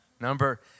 Number